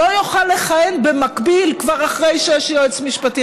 לא יוכל לכהן במקביל אחרי שכבר יש יועץ משפטי